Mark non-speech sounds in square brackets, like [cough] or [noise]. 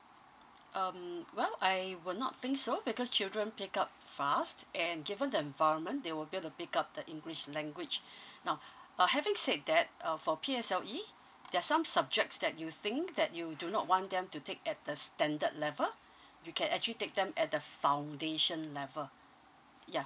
um well I would not think so because children pick up fast and given the environment there will able to pick up the english language [breath] uh having said that uh for P_S_LE there are some subjects that you think that you do not want them to take at the standard level you can actually take them at the foundation level ya